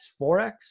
4X